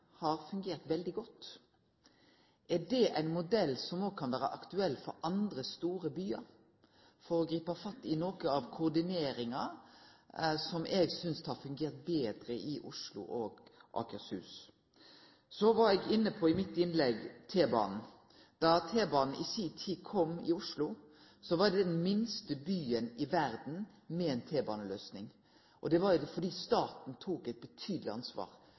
har fungert veldig godt. Er det ein modell som òg kan vere aktuell for andre store byar for å gripe fatt i noko av koordineringa, som eg synest har fungert betre i Oslo og Akershus? Så var eg i innlegget mitt inne på T-banen. Da T-banen i si tid kom i Oslo, var det den minste byen i verda med ei T-baneløysing, og det var fordi staten tok eit betydeleg ansvar.